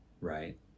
right